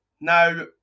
Now